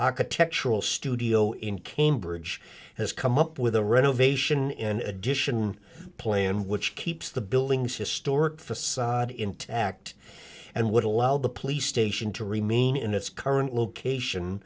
architectural studio in cambridge has come up with a renovation in addition plan which keeps the buildings historic facade intact and would allow the police station to remain in its current location